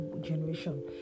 generation